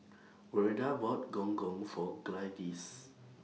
Verda bought Gong Gong For Gladis